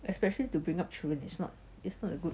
especially to bring up children it's not it's not a good